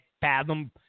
fathom